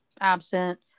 absent